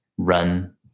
run